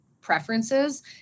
preferences